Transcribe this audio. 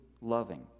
loving